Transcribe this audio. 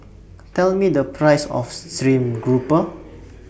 Tell Me The Price of Stream Grouper